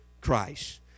Christ